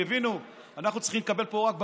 הבינו: אנחנו צריכים לקבל פה רק בקבוקים,